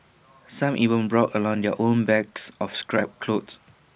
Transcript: some even brought along their own bags of scrap cloth